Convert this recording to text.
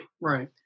Right